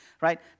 right